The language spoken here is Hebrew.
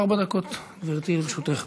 ארבע דקות, גברתי, לרשותך.